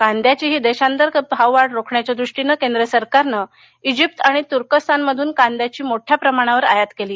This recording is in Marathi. कांद्याची ही देशांतर्गत भाववाढ रोखण्याच्या दृष्टीनं केंद्र सरकारनं जिप्त आणि तुर्कस्तानमधून कांद्याची मोठ्या प्रमाणावर आयात केली